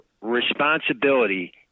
responsibility